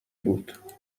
بود